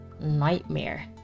nightmare